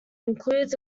includes